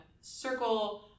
circle